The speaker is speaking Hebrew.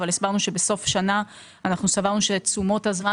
אבל הסברנו שבסוף שנה אנחנו סברנו שתשומות הזמן